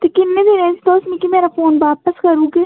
ते किन्ने दिनें च तुस मिकी मेरा फोन बापस करी ओड़गे